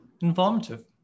informative